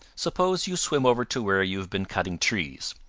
suppose you swim over to where you have been cutting trees.